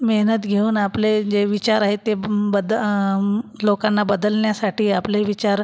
मेहनत घेऊन आपले जे विचार आहेत ते बद लोकांना बदलण्यासाठी आपले विचार